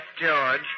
George